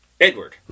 Edward